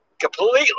completely